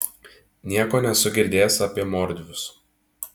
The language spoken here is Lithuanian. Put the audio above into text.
nieko nesu girdėjęs apie mordvius